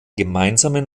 gemeinsamen